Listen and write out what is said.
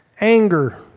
Anger